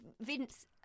Vince